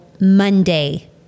Monday